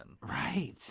right